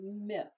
myth